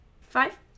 Five